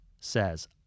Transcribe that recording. says